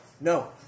No